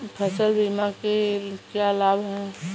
फसल बीमा के क्या लाभ हैं?